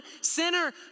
sinner